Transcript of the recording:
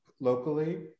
locally